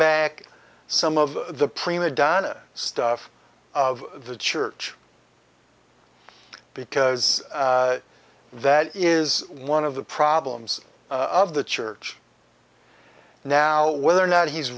back some of the prima donna stuff of the church because that is one of the problems of the church now whether or not he's